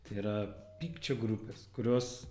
tai yra pykčio grupės kurios